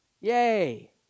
Yay